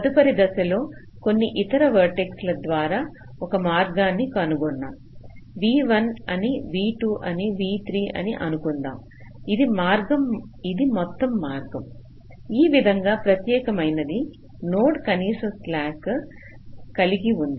తదుపరి దశ లో కొన్ని ఇతర వర్టెక్స్ ల ద్వారా ఒక మార్గాన్ని కనుగొన్నాం V1 అని V2 అని V3 అని అనుకుందాం ఇది మార్గం ఇది మొత్తం మార్గం ఈ విధంగా ప్రత్యేకమైనది నోడ్ కనీస స్లాక్ కలిగి ఉంది